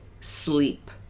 sleep